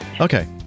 okay